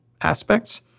aspects